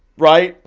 right?